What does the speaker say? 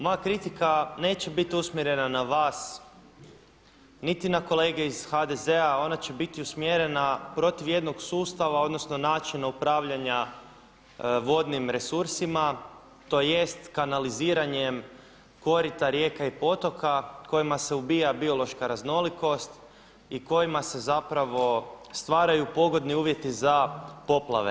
Moja kritika neće biti usmjerena na vas, niti na kolege iz HDZ-a, ona će biti usmjerena protiv jedno sustav odnosno načina upravljanja vodnim resursima tj. kanaliziranje korita rijeka i potoka kojima se ubija biološka raznolikost i kojima se zapravo stvaraju pogodni uvjeti za poplave.